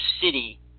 city